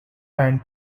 and